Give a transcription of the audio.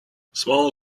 small